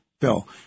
bill